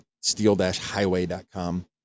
steel-highway.com